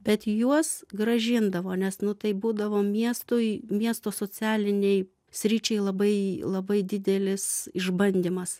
bet juos grąžindavo nes nu tai būdavo miestui miesto socialinei sričiai labai labai didelis išbandymas